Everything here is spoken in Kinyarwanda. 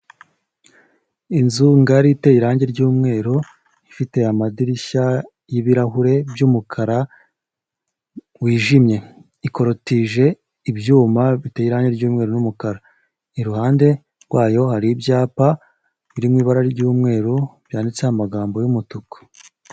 Inzu ngari iteye irangi ry'umweru, ifite amadirishya y'ibirahure by'umukara wijimye, ikorotije ibyuma biteye irangi ry'umweru n'umukara, iruhande rwayo hari ibyapa biri mu ibara ry'umweru, byanditseho amagambo y'umutuku.